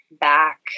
back